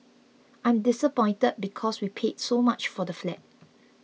I'm disappointed because we paid so much for the flat